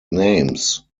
names